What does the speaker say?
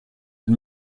den